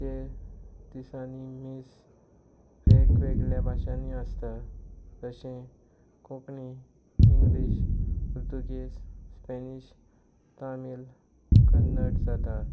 तें दिसांनी मीस वेगवेगळ्या भाशांनी आसता तशें कोंकणी इंग्लीश पुर्तुगीज स्पेनीश तामील कन्नड जाता